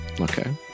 okay